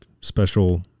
special